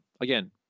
Again